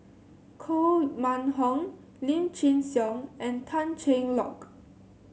Koh Mun Hong Lim Chin Siong and Tan Cheng Lock